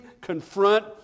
confront